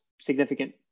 significant